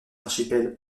archipel